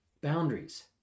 boundaries